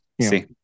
See